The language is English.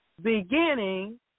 Beginning